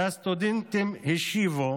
השיבו